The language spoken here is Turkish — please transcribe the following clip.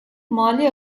mali